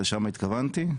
לשם כיוונתי,